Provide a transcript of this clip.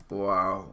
wow